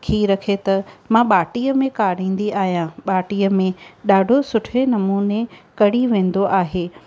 खीर खे त मां बाटीअ में काड़ीदी आहियां बाटीअ में ॾाढो सुठे नमूने कड़ी वेंदो आहे